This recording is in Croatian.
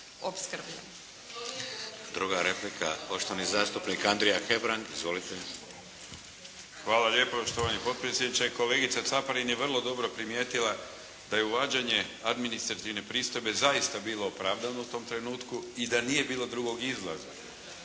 Druga replika, poštovani zastupnik Andrija Hebrang. Izvolite. **Hebrang, Andrija (HDZ)** Hvala lijepo štovani potpredsjedniče. Kolegica Caparin je vrlo dobro primijetila da je uvađanje administrativne pristojbe zaista bilo opravdano u tom trenutku i da nije bilo drugog izlaza.